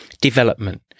Development